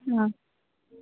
ಹಾಂ